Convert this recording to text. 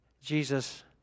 Jesus